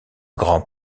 grand